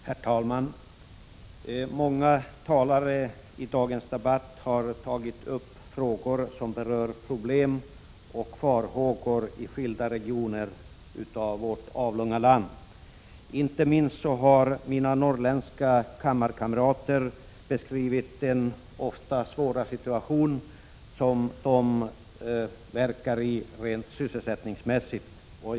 Herr talman! Många talare i dagens debatt har tagit upp frågor som berör problem och farhågor i skilda regioner av vårt avlånga land. Inte minst har mina norrländska kammarkamrater beskrivit den ofta svåra situation som de verkar i rent sysselsättningsmässigt.